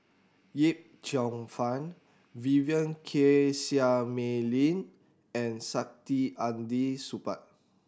Yip Cheong Fun Vivien Quahe Seah Mei Lin and Saktiandi Supaat